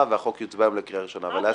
והחוק יוצבע היום לקריאה ראשונה -- אה,